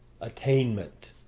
Attainment